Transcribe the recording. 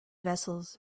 vessels